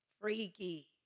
freaky